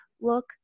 look